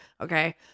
okay